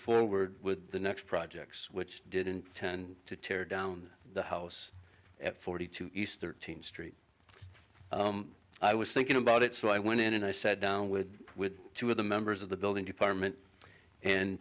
forward with the next projects which didn't tend to tear down the house at forty two east thirteenth street i was thinking about it so i went in and i sat down with two of the members of the building department and